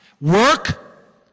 Work